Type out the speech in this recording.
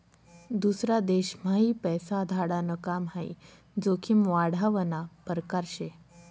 दूसरा देशम्हाई पैसा धाडाण काम हाई जोखीम वाढावना परकार शे